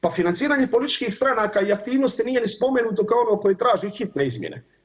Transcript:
Pa financiranje političkih stranaka i aktivnosti nije ni spomenuto, kao i ono koje traži hitne izmjene.